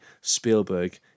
Spielberg